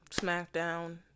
SmackDown